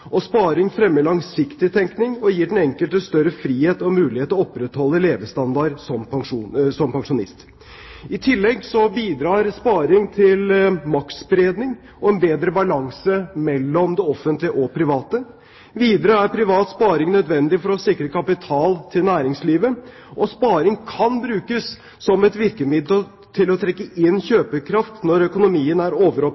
valg. Sparing fremmer langsiktig tenkning, og gir den enkelte større frihet og mulighet til å opprettholde levestandarden som pensjonist. I tillegg bidrar sparing til maktspredning og til en bedre balanse mellom det offentlige og private. Videre er privat sparing nødvendig for å sikre kapital til næringslivet. Sparing kan brukes som et virkemiddel til å trekke inn